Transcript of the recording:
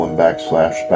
backslash